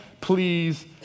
please